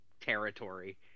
territory